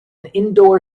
indoor